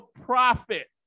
profit